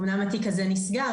אמנם התיק הזה נסגר,